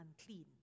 unclean